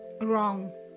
Wrong